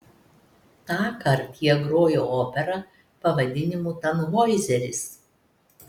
tąkart jie grojo operą pavadinimu tanhoizeris